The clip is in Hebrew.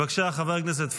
בבקשה, חבר הכנסת פורר.